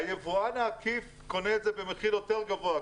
היבואן העקיף קונה את זה במחיר יותר גבוה,